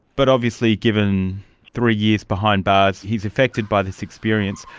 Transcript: but obviously, given three years behind bars, he is affected by this experience.